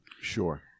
Sure